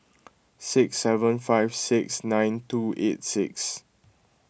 six seven five six nine two eight six